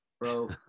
Bro